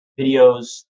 videos